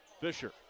Fisher